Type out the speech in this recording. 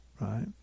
right